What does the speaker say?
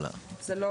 זה לא